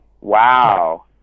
Wow